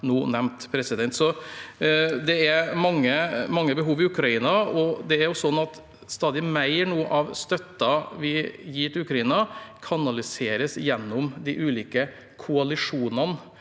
det er mange behov i Ukraina. Det er slik at stadig mer av støtten vi nå gir til Ukraina, kanaliseres gjennom de ulike koalisjonene